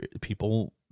People